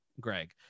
Greg